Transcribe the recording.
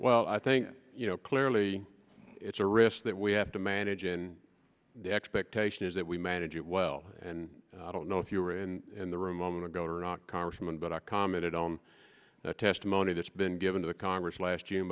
well i think you know clearly it's a risk that we have to manage in the expectation is that we manage it well and i don't know if you were in the room moment ago or not congressman but i commented on the testimony that's been given to the congress last june